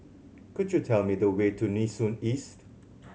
could you tell me the way to Nee Soon East